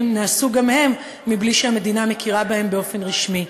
נעשו גם הם מבלי שהמדינה מכירה בהם באופן רשמי.